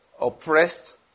oppressed